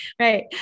Right